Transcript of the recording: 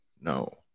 No